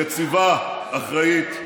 יציבה, אחראית,